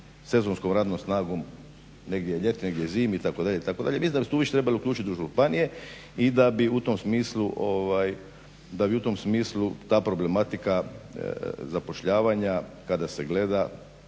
sezonskom radnom snagom, negdje je ljeti negdje je zimi itd. mislim da bi se tu trebali više uključiti u županije i da bi u tom smislu ta problematika zapošljavanja kada se gleda